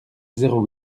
zéro